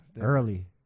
Early